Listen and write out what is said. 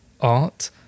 art